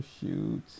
shoot